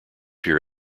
here